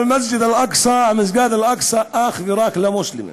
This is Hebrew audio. מסגד אל-אקצא, אך ורק למוסלמים.